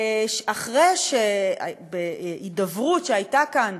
אחרי הידברות שהייתה כאן,